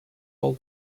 all